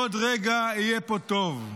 עוד רגע יהיה פה טוב.